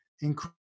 increase